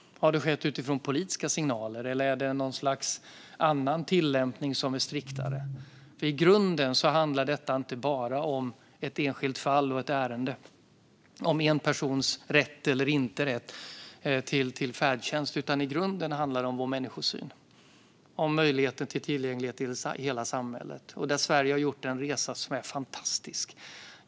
Har det skett utifrån politiska signaler, eller handlar det om något annat slags tillämpning, som är striktare? I grunden handlar detta inte bara om ett enskilt fall eller ärende eller om en person har rätt till färdtjänst eller inte. I grunden handlar det om vår människosyn och om möjligheten till tillgänglighet i hela samhället. Där har Sverige gjort en resa som är fantastisk.